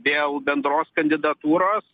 dėl bendros kandidatūros